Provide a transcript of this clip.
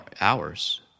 hours